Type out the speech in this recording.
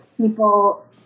people